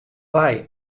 wei